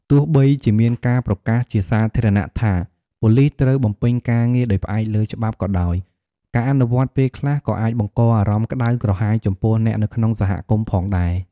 ទោះបីជាមានការប្រកាសជាសាធារណៈថាប៉ូលីសត្រូវបំពេញការងារដោយផ្អែកលើច្បាប់ក៏ដោយ ការអនុវត្តន៍ពេលខ្លះក៏អាចបង្កអារម្មណ៍ក្ដៅក្រហាយចំពោះអ្នកនៅក្នុងសហគមន៍ផងដែរ។